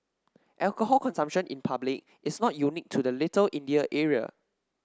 alcohol consumption in public is not unique to the Little India area